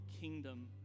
kingdom